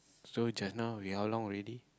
so just now we how long already